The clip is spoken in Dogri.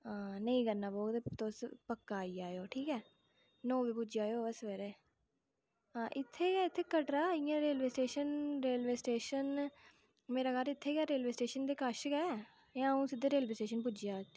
नेईं करना पौग ते तुस पक्का आई जाएयो ठीक ऐ नौ बजे पुज्जी जाएयो ओह् सवेरे इत्थें गै इत्थें कटरा स्टेशन स्टेशन मेरा घर इत्थै गै ऐ स्टेशन दे कश गै जां अ'ऊं सिद्धे स्टेशन पुज्जी जां